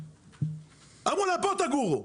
אמרו להם פה תגורו,